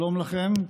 שלום לכם.